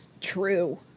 True